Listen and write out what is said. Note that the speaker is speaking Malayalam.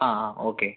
ആ ആ ഓക്കെ